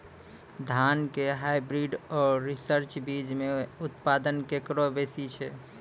धान के हाईब्रीड और रिसर्च बीज मे उत्पादन केकरो बेसी छै?